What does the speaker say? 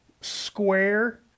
square